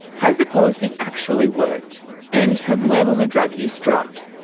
has the policy actually worked and have levels of drug use dropped?